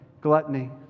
gluttony